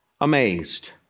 amazed